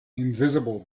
invisible